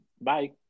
Bye